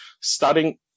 studying